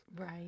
Right